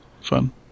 fun